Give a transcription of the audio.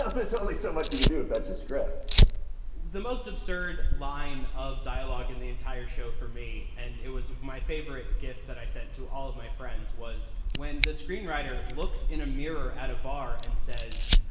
ah so only so much you can do if that's your script the most absurd line of dialogue in the entire show for me, and it was my favorite gift that i sent to all of my friends, was when the screenwriter looks in a mirror at a bar and says,